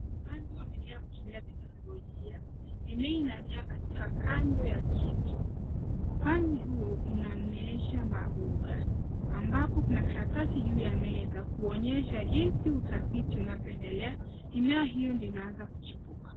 Upanzi wa mimea kutumia teknolojia. Mimea inamea katika kando ya kitu. Upani huo unameesha maboga, ambapo kuna karatasi juu ya meza kuonyesha jinsi utafiti unavyoendela. Mimea hiyo ndio inaanza kuchipuka.